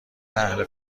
اهل